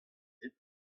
dit